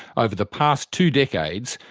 over the past two decades,